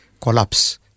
collapse